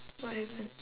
what happen